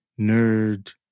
nerd